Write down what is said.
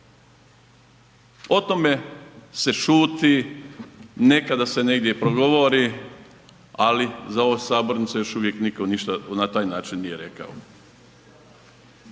O tome se šuti, nekada se negdje i progovori, ali za ovom sabornicom još uvijek niko ništa na taj način nije rekao.